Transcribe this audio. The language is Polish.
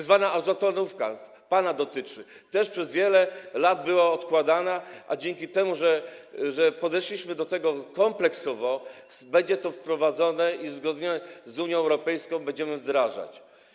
Tzw. azotonówka, to pana dotyczy, też przez wiele lat była odkładana, a dzięki temu, że podeszliśmy do tego kompleksowo, będzie to wprowadzone i uzgodnione z Unią Europejską i będziemy to wdrażać.